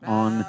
on